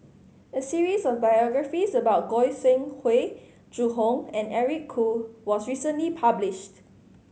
a series of biographies about Goi Seng Hui Zhu Hong and Eric Khoo was recently published